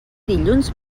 dilluns